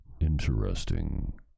Interesting